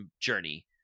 journey